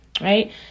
Right